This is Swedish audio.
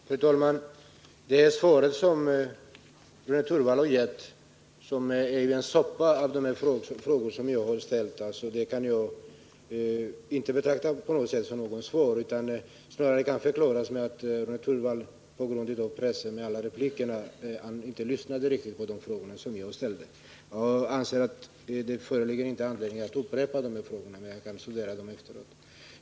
Fru talman! I det svar som Rune Torwald gav mig gjorde han en soppa av de frågor jag ställt, och jag kan inte betrakta det som något svar. Det hela kan kanske förklaras av att Rune Torwald på grund av pressen med alla repliker inte lyssnade riktigt på de frågor jag ställde. Jag anser inte att det föreligger någon anledning att upprepa dessa frågor; Rune Torwald kan studera dem efteråt.